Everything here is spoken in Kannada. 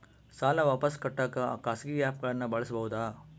ಸಾಲ ವಾಪಸ್ ಕಟ್ಟಕ ಖಾಸಗಿ ಆ್ಯಪ್ ಗಳನ್ನ ಬಳಸಬಹದಾ?